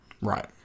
Right